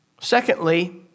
Secondly